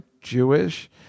Jewish